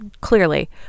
clearly